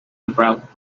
about